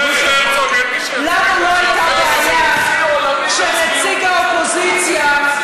לנו לא הייתה בעיה כשנציג האופוזיציה,